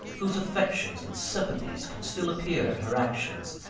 whose affections and sympathies can still appear in her actions,